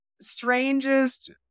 strangest